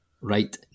right